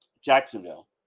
Jacksonville